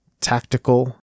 tactical